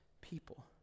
people